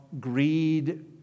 greed